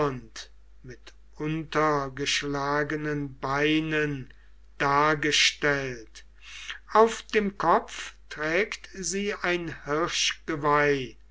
mit untergeschlagenen beinen dargestellt auf dem kopf trägt sie ein